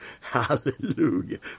Hallelujah